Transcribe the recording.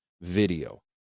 video